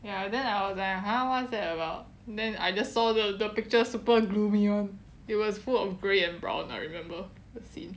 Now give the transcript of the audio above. ya then I was like !huh! what's that about then I just saw the the picture super gloomy [one] it was full of grey and brown I remember the scene